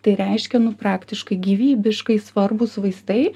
tai reiškia nu praktiškai gyvybiškai svarbūs vaistai